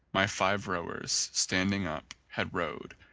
my five rowers, standing up, had rowed,